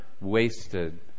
wasted